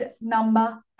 number